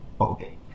Okay